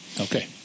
Okay